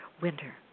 winter